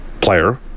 player